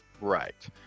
Right